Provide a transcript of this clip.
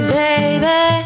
baby